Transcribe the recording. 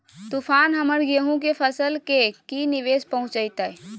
तूफान हमर गेंहू के फसल के की निवेस पहुचैताय?